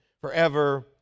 forever